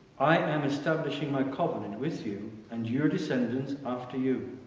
i am establishing my covenant with you and your descendants after you